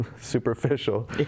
superficial